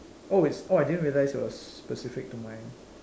oh is orh I didn't realize it was specific to mine